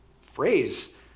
phrase